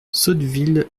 sotteville